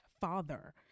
father